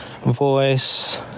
voice